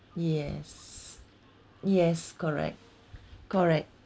yes yes correct correct